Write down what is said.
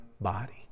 body